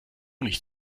nicht